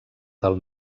del